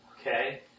okay